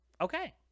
Okay